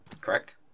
Correct